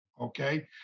okay